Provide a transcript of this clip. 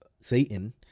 Satan